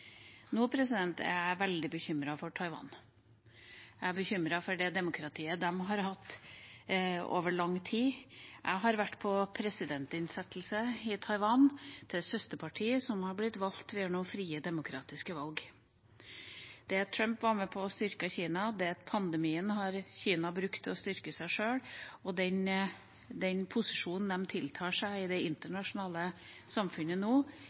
Nå er jeg veldig bekymret for Taiwan. Jeg er bekymret for det demokratiet de har hatt over lang tid. Jeg har vært på presidentinnsettelse i Taiwan, til et søsterparti som ble valgt gjennom frie demokratiske valg. Det at Trump var med på å styrke Kina, det at Kina har brukt pandemien til å styrke seg sjøl, og den posisjonen de tiltar seg i det internasjonale samfunnet nå,